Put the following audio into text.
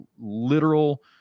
literal